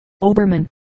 Obermann